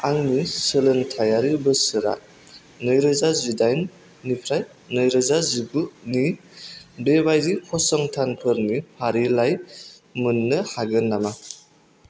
आंनि सोलोंथायारि बोसोरा नैरोजा जिदाइननिफ्राय नैरोजा जिगुनि बेबायदि फसंथानफोरनि फारिलाइ मोननो हागोन नामा